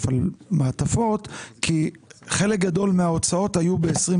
על מעטפות כי חלק גדול מההוצאות היו ב-2020.